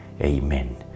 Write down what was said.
Amen